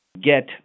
get